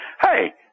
Hey